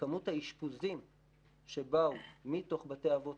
שכמות האשפוזים שבאו מתוך בתי האבות